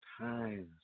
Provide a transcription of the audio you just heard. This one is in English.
times